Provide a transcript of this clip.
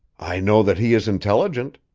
i know that he is intelligent.